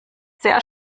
sehr